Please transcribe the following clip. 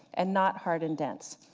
and not hard and dense.